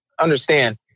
understand